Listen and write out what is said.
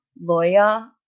lawyer